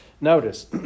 notice